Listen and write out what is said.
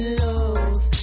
love